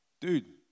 Dude